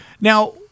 Now